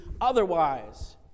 otherwise